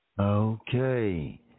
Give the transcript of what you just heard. Okay